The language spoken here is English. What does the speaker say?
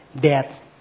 death